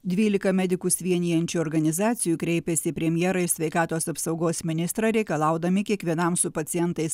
dvylika medikus vienijančių organizacijų kreipėsi į premjerą ir sveikatos apsaugos ministrą reikalaudami kiekvienam su pacientais